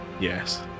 Yes